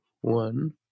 one